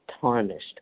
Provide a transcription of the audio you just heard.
tarnished